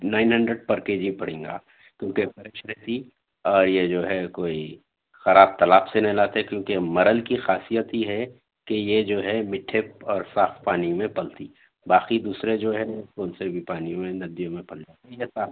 nine hundred پر K G پڑیں گا کیونکہ اچھی سی یہ جو ہے کوئی خراب تلاب سے نہیں لاتے کیونکہ مرل کی خاصیت یہ ہے کہ یہ جو ہے مٹھے اور صاف پانی میں پلتی ہے باقی دوسرے جو ہے کون سے بھی پانی میں ندی میں پلتی ہے